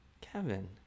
kevin